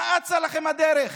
מה אצה לכם הדרך?